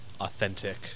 authentic